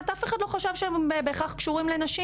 אף אחד לא חשב שהם בהכרח קשורים לנשים.